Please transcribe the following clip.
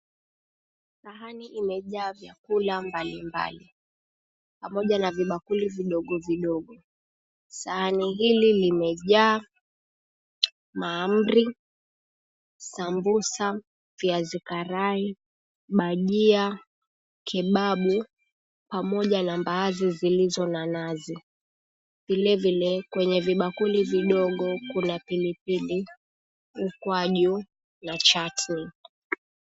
Sahani imejaa vyakula mbalimbali, pamoja na vibakuli vidogo vidogo. Sahani hili limejaa mahamri, sambusa, viazi karai, bajia, kebabu pamoja na mbaazi zilizo na nazi. Vile vile kwenye vibakuli vidogo kuna pili pili, mkwaju na chatni.